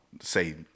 say